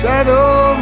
Shadow